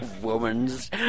Woman's